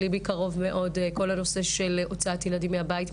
לליבי קרוב מאוד כל הנושא של הוצאת ילדים מהבית,